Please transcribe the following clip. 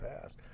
past